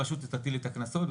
הרשות תטיל את הקנסות,